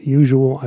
usual